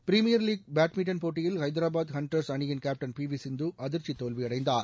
premier league badminton போட்டியில் Hyderabad hunters அணியின் captain PV Sindhu அதிர்ச்சி தோல்வியடைந்தார்